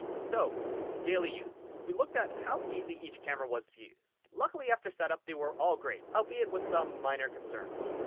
so. daily use. we looked at how easy each camera was to use. luckily after setup they were all great, albeit with some minor concerns.